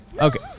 Okay